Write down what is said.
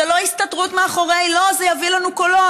זה לא הסתתרות מאחורי "לא, זה יביא לנו קולות".